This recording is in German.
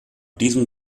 diesem